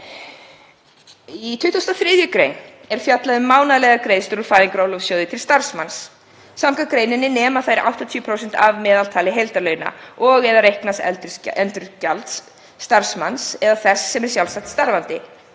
Í 23. gr. er fjallað um mánaðarlegar greiðslur úr Fæðingarorlofssjóði til starfsmanns. Samkvæmt greininni nema þær 80% af meðaltali heildarlauna og/eða reiknaðs endurgjalds starfsmanns eða þess sem er sjálfstætt starfandi.